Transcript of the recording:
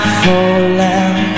falling